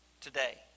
today